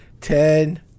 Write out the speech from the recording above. ten